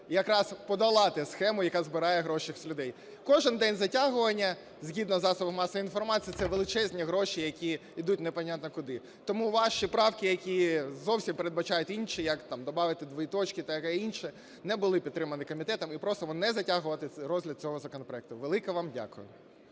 якраз подолати схему, яка збирає гроші з людей. Кожен день затягування, згідно засобам масової інформації, це величезні гроші, які йдуть непонятно куди. Тому ваші правки, які зовсім передбачають інше, як-то добавити дві точки і таке інше, не були підтримані комітетом. І просимо не затягувати розгляд цього законопроекту. Велике вам дякую.